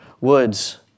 woods